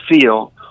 feel